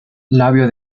labio